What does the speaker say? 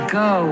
go